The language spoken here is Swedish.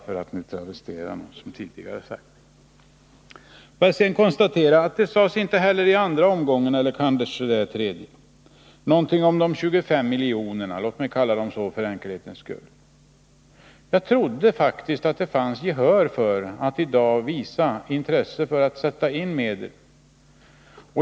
Får jag sedan konstatera att det inte heller i andra omgången sades någonting om de 25 miljonerna — låt mig kalla dem så för enkelhetens skull. Jag trodde faktiskt att det fanns gehör för att i dag visa intresse för dessa medel.